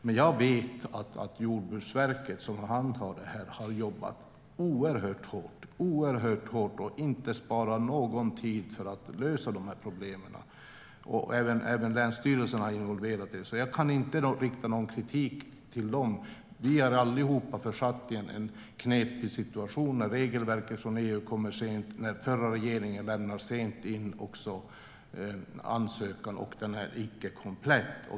Men jag vet att Jordbruksverket, som handhar detta, har jobbat oerhört hårt och inte sparat någon tid för att lösa problemen, och även länsstyrelserna har varit involverade. Jag kan inte rikta någon kritik mot dem. Vi är allihop försatta i en knepig situation då regelverket från EU-kommissionen kom sent och den förra regeringen lämnade in ansökan sent och som icke var komplett.